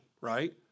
right